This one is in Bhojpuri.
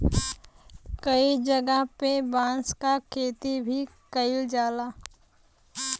कई जगह पे बांस क खेती भी कईल जाला